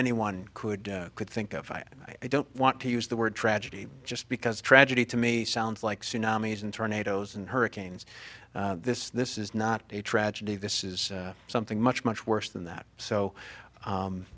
anyone could could think of i don't want to use the word tragedy just because tragedy to me sounds like tsunamis and tornadoes and hurricanes this this is not a tragedy this is something much much worse than that so